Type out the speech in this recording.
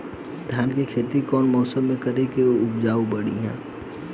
धान के खेती कौन मौसम में करे से उपज बढ़ी?